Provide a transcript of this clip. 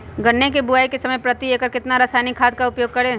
गन्ने की बुवाई के समय प्रति एकड़ कितना रासायनिक खाद का उपयोग करें?